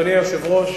אדוני היושב-ראש,